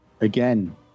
Again